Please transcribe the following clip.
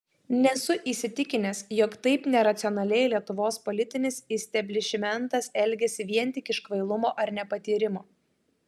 nesu įsitikinęs jog taip neracionaliai lietuvos politinis isteblišmentas elgiasi vien tik iš kvailumo ar nepatyrimo